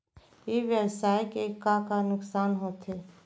ई व्यवसाय के का का नुक़सान होथे?